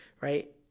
right